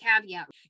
caveat